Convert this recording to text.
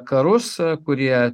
karus kurie